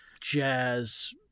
jazz